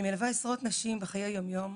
אני מלווה עשרות נשים בחיי היום יום,